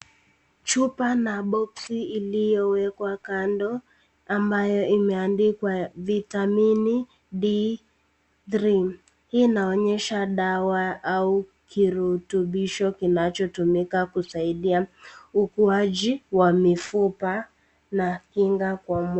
Chupa na boski iliyowekwa kando ambayo imeandikwa vitamini D3. Hii inaonyesha dawa au kirutubisho kinacho tumika kusadia ukuwaji wa mifupa na kinga kwa mwili.